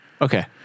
okay